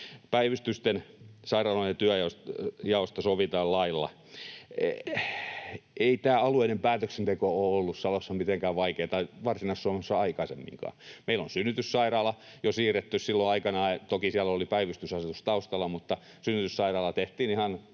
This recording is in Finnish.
Päivystysten, sairaaloiden työnjaosta sovitaan lailla.” Ei tämä alueiden päätöksenteko ole ollut Salossa tai Varsinais-Suomessa mitenkään vaikeata aikaisemminkaan. Meillä on synnytyssairaala jo siirretty silloin aikanaan. Toki siellä oli päivystysasetus taustalla, mutta synnytyssairaalapäätös tehtiin ihan